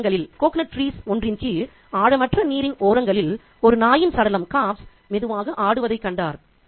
தென்னைமரங்களில் ஒன்றின் கீழ் ஆழமற்ற நீரின் ஓரங்களில் ஒரு நாயின் சடலம் மெதுவாக ஆடுவதைக் கண்டார்